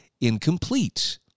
incomplete